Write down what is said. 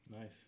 Nice